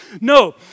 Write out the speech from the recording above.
No